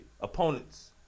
opponents